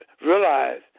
realize